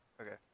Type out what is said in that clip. Okay